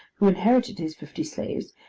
who inherited his fifty slaves,